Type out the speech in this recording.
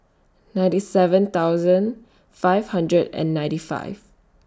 ninety seven thousand five hundred and ninety five